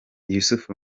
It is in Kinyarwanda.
yussuf